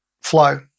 flow